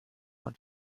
und